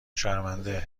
شرمنده